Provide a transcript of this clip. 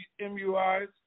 MUIs